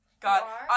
God